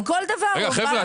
חבר'ה,